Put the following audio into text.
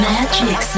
Magic